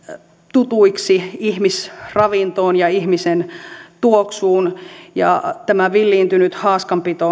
tutuiksi ihmisravintoon ja ihmisen tuoksuun tämä villiintynyt haaskanpito